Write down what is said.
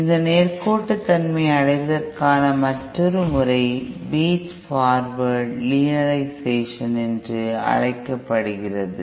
இந்த நேர்கோட்டுத்தன்மையை அடைவதற்கான மற்றொரு முறை ஃபீட் ஃபார்வர்ட் லீனரைசேஷன் என்று அழைக்கப்படுகிறது